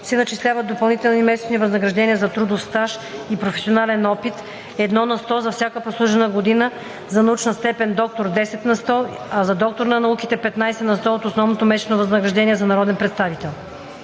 се начисляват допълнителни месечни възнаграждения за трудов стаж и професионален опит – 1 на сто за всяка прослужена година, за научна степен „доктор“ – 10 на сто, и за „доктор на науките“ – 15 на сто от основното месечно възнаграждение за народен представител.